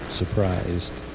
surprised